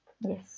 Yes